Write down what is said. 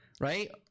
right